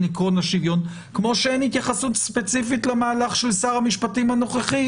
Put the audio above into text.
כמו שאין התייחסות ספציפי למהלך של שר המשפטים הנוכחי